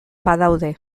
badaude